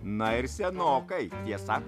na ir senokai tiesa